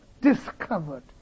discovered